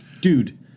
Dude